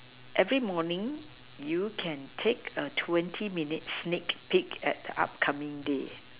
every morning you can take a twenty minute sneak peak at the upcoming day